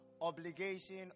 Obligation